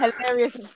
hilarious